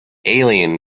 alien